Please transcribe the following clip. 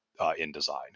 InDesign